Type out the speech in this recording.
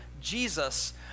Jesus